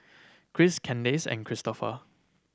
Christ Kandace and Cristofer